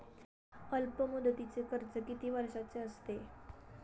अल्पमुदतीचे कर्ज किती वर्षांचे असते?